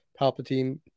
Palpatine